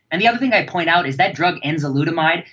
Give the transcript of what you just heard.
and the other thing i'd point out is that drug enzalutamide,